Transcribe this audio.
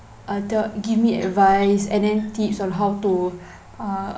uh th~ give me advice and then tips on how to uh